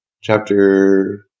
chapter